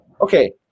Okay